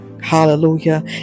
hallelujah